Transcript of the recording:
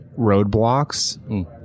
roadblocks